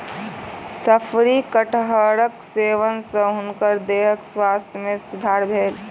शफरी कटहरक सेवन सॅ हुनकर देहक स्वास्थ्य में सुधार भेल